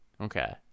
okay